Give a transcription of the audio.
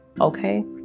Okay